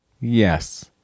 yes